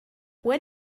where